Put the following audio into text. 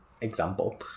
example